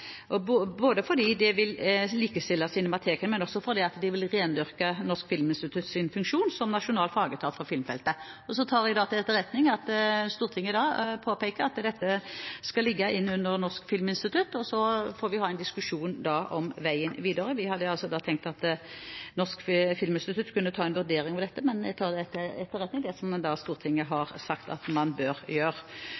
både fordi det vil likestille Cinemateket, og fordi vi vil rendyrke Norsk filminstitutts funksjon som nasjonal fagetat for filmfeltet. Jeg tar til etterretning at Stortinget i dag påpeker at dette skal ligge inn under Norsk filminstitutt. Så får vi ha en diskusjon om veien videre. Vi hadde tenkt at Norsk filminstitutt kunne foreta en vurdering av dette, men jeg tar til etterretning det som Stortinget har sagt at man bør gjøre.